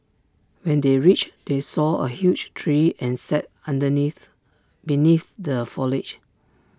when they reached they saw A huge tree and sat underneath beneath the foliage